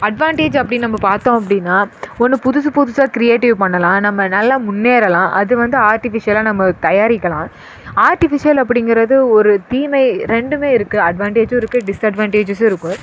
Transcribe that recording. advantage அப்படின்னு நம்ம பார்த்தோம் அப்படின்னா ஒன்று புதுசு புதுசாக கிரியேட்டிவ் பண்ணலாம் நம்ம நல்லா முன்னேறலாம் அது வந்து ஆர்ட்டிஃபிஷியலாக நம்ம தயாரிக்கலாம் ஆர்ட்டிஃபிஷியல் அப்படிங்கிறது ஒரு தீமை ரெண்டுமே இருக்குது அட்வான்டேஜ்ஜும் இருக்குது டிஸ்அட்வான்டேஜ்ஜஸ்ஸும் இருக்குது